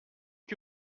que